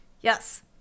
Yes